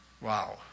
Wow